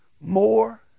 more